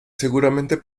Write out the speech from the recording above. seguramente